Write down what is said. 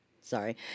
sorry